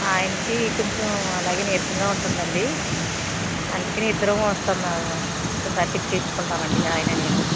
ఆయనకీ కొంచెం అలాగే నీరసంగా ఉంటందండి అందుకనే ఇద్దరం వస్తాం మేము ఓక సారి చెక్ చేయించుకుంటామండి ఆయన నేనూను